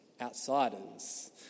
outsiders